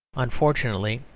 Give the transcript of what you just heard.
unfortunately,